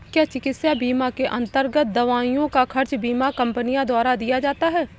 क्या चिकित्सा बीमा के अन्तर्गत दवाइयों का खर्च बीमा कंपनियों द्वारा दिया जाता है?